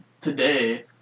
today